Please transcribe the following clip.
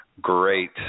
Great